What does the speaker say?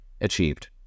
achieved